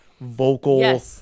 vocal